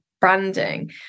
branding